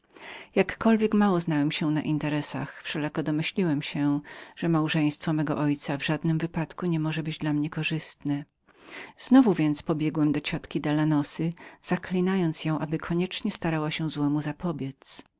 jakkolwiek mało znałem się na interesach wszelako domyśliłem się że małżeństwo mego ojca w żadnym wypadku nie mogło być dla mnie korzystnem znowu więc pobiegłem do ciotki dalanosy zaklinając ją aby koniecznie starała się złemu zapobiedz